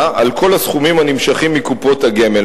על כל הסכומים הנמשכים מקופות הגמל,